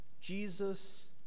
Jesus